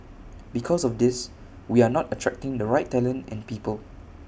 because of this we are not attracting the right talent and people